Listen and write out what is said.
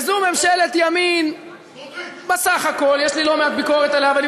וזו ממשלת ימין בסך הכול, סמוטריץ, די, די.